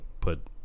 put-